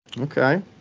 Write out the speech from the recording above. Okay